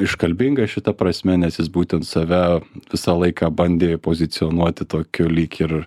iškalbinga šita prasme nes jis būtent save visą laiką bandė pozicionuoti tokiu lyg ir